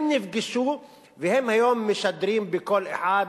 הם נפגשו והם היום משדרים בקול אחד,